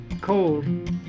cold